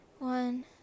One